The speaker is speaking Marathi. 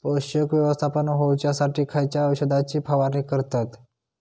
पोषक व्यवस्थापन होऊच्यासाठी खयच्या औषधाची फवारणी करतत?